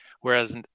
whereas